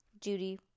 Judy